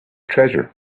treasure